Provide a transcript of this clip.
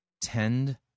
Tend